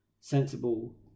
sensible